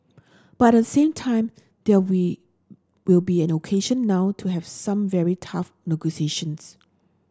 but the same time there will will be an occasion now to have some very tough negotiations